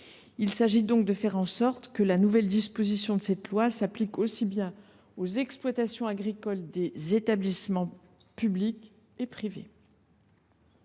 Il s’agit donc de faire en sorte que la nouvelle disposition s’applique aussi bien aux exploitations agricoles des établissements publics qu’à